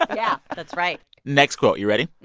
ah yeah, that's right next quote. you ready?